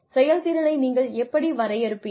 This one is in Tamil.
செயல்திறனை நீங்கள் எப்படி வரையறுப்பீர்கள்